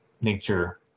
nature